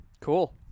Cool